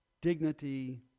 dignity